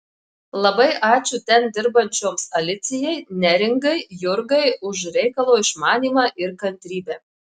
labai ačiū ten dirbančioms alicijai neringai jurgai už reikalo išmanymą ir kantrybę